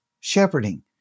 shepherding